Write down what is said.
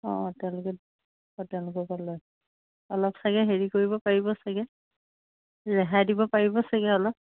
অঁ তেওঁলোকে অঁ তেওঁলোকৰপৰা লয় অলপ চাগৈ হেৰি কৰিব পাৰিব চাগৈ ৰেহাই দিব পাৰিব চাগৈ অলপ